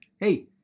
Hey